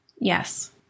Yes